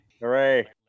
Hooray